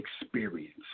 experience